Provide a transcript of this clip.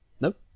Nope